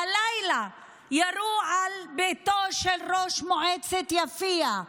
הלילה ירו על ביתו של ראש מועצת יפיע,